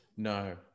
No